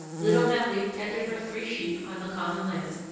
little marie tended her three sheep on the common land,